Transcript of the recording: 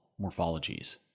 morphologies